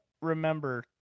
remember